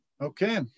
okay